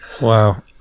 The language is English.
Wow